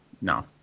no